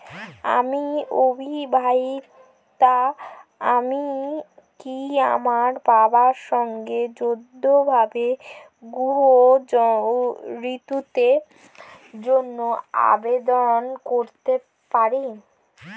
আমি অবিবাহিতা আমি কি আমার বাবার সঙ্গে যৌথভাবে গৃহ ঋণের জন্য আবেদন করতে পারি?